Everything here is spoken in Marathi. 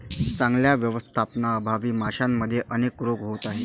चांगल्या व्यवस्थापनाअभावी माशांमध्ये अनेक रोग होत आहेत